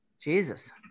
Jesus